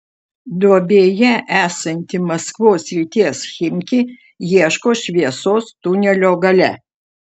duobėje esanti maskvos srities chimki ieško šviesos tunelio gale